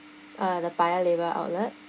uh the paya lebar outlet